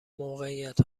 موقعیت